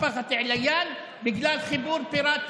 משפחת עליאן, בגלל חיבור פיראטי,